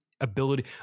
ability